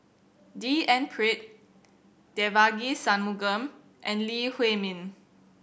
D N Pritt Devagi Sanmugam and Lee Huei Min